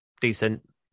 decent